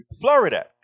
Florida